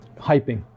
hyping